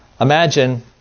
Imagine